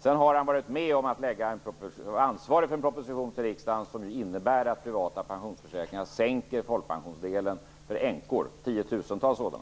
Sedan har statsministern varit ansvarig för en proposition till riksdagen som innebär att privata pensionsförsäkringar sänker folkpensionsdelen för tiotusentals änkor.